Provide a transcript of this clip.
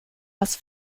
was